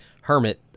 hermit